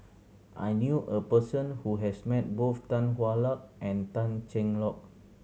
I knew a person who has met both Tan Hwa Luck and Tan Cheng Lock